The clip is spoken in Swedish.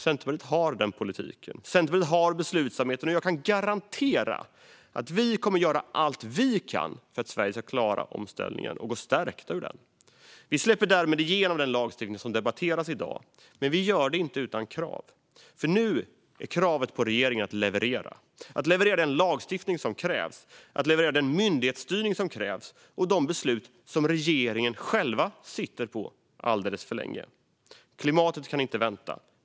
Centerpartiet har den politiken. Centerpartiet har beslutsamheten, och jag kan garantera att vi kommer att göra allt vi kan för att Sverige ska klara omställningen och gå stärkt ur den. Vi släpper därmed igenom den lagstiftning som debatteras i dag, men vi gör det inte utan krav. Kravet på regeringen nu är att leverera - att leverera den lagstiftning som krävs, den myndighetsstyrning som krävs och de beslut som regeringen själv suttit på alldeles för länge. Klimatet kan inte vänta.